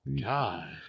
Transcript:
God